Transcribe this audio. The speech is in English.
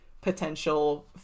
potential